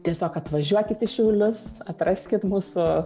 tiesiog atvažiuokit į šiaulius atraskit mūsų